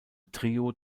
trio